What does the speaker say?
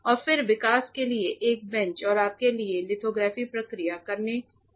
और फिर विकास के लिए एक बेंच और आपके लिए लिथोग्राफी प्रक्रिया करने के लिए इतना ही आवश्यक है